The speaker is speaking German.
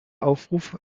aufruf